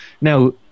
Now